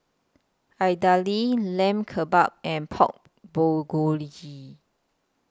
Idili Lamb Kebabs and Pork Bulgogi